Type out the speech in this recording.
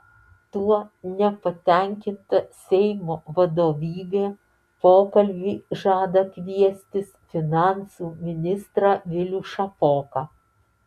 tuo nepatenkinta seimo vadovybė pokalbiui žada kviestis finansų ministrą vilių šapoką